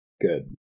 good